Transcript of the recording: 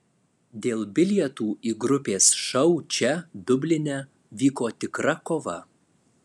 dėl bilietų į grupės šou čia dubline vyko tikra kova